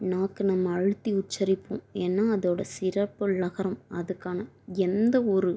நாக்கை நம்ம அழுத்தி உச்சரிப்போம் ஏன்னா அதோடய சிறப்பு ழகரம் அதுக்கான எந்த ஒரு